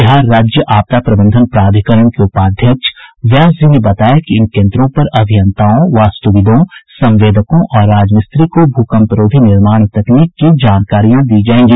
बिहार राज्य आपदा प्रबंधन प्राधिकरण के उपाध्यक्ष व्यासजी ने बताया कि इन केन्द्रों पर अभियंताओं वास्तुविदों संवेदकों और राजमिस्त्री को भूकंपरोधी निर्माण तकनीक की जानकारियां दी जायेंगी